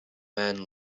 man